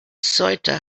ceuta